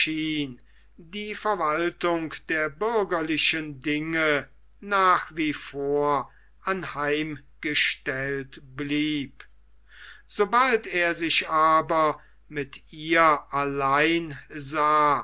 die verwaltung der bürgerlichen dinge nach wie vor anheimgestellt blieb sobald er sich aber mit ihr allein sah